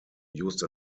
used